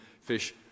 fish